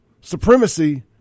supremacy